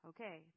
Okay